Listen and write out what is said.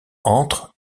entre